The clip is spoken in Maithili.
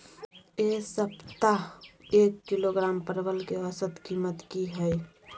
ऐ सप्ताह एक किलोग्राम परवल के औसत कीमत कि हय?